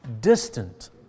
distant